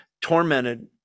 Tormented